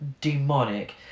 demonic